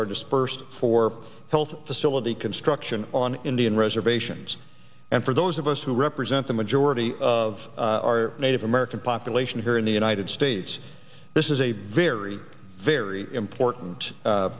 are dispersed for health facility construction on indian reservations and for those of us who represent the majority of our native american population here in the united states this is a very very important